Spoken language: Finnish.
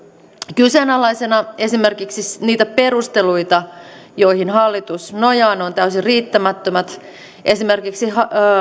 kyseenalaisena esimerkiksi niitä perusteluita joihin hallitus nojaa ne ovat täysin riittämättömät esimerkiksi